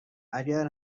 اگر